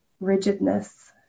rigidness